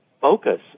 focus